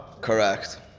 Correct